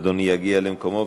התשע"ו 2015. אדוני יגיע למקומו,